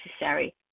necessary